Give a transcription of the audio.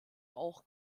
auch